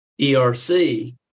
ERC